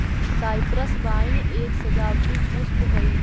cypress vine एक सजावटी पुष्प हई